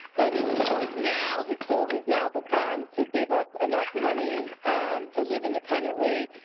and his goal is now his goal has now become to save up enough money to live independently,